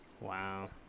Wow